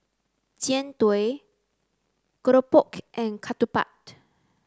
Jian Dui Keropok and Ketupat